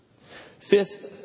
Fifth